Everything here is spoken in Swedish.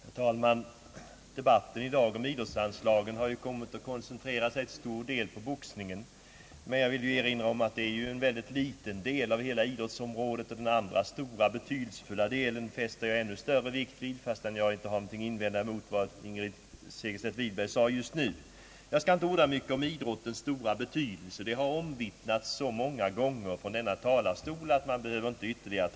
Herr talman! Debatten i dag om idrottsanslagen har kommit att till stor del koncentrera sig till boxningen, men jag vill erinra om att det ju är en mycket liten del av hela idrottsområdet, och den andra, stora, betydelsefulla delen fäster jag ännu större vikt vid, fastän jag inte har något att invända emot vad fru Segerstedt Wiberg sade nyss. Jag skall inte orda mycket om idrottens stora betydelse. Den har omvittnats så många gånger tidigare från denna talarstol, att man inte behöver tala om den ytterligare.